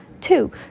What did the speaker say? two